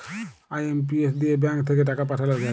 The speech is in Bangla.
আই.এম.পি.এস দিয়ে ব্যাঙ্ক থাক্যে টাকা পাঠাল যায়